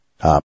Up